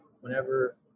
whenever